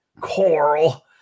coral